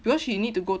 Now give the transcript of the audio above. because she need to go